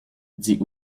dit